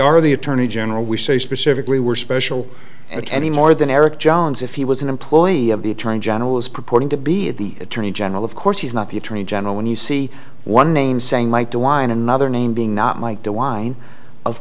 are the attorney general we say specifically we're special at any more than eric jones if he was an employee of the attorney general's purporting to be at the attorney general of course he's not the attorney general when you see one name saying mike de wine another name being not mike de wine of